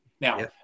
Now